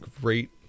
great